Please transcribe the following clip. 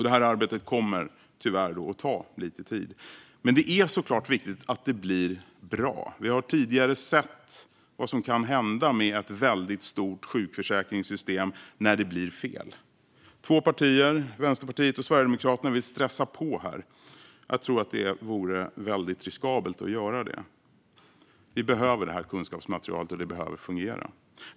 Detta arbete kommer tyvärr att ta lite tid, men det är givetvis viktigt att det blir bra. Vi har tidigare sett vad som kan hända med ett väldigt stort sjukförsäkringssystem när det blir fel. Två partier, Vänsterpartiet och Sverigedemokraterna, vill stressa på, men jag tror att det vore riskabelt. Vi behöver detta kunskapsmaterial, och det behöver fungera.